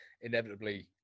inevitably